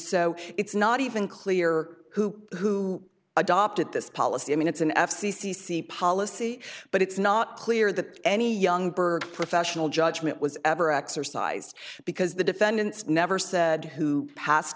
so it's not even clear who who adopted this policy i mean it's an f c c c policy but it's not clear that any young bird professional judgment was ever exercised because the defendants never said who passed